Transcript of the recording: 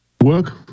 work